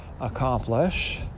accomplish